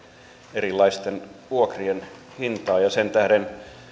erilaisten vuokrien hintaa sen tähden